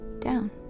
down